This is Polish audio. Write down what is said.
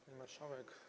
Pani Marszałek!